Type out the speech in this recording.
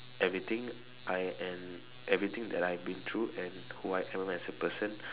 everything I and everything that I've been through and who I am as a person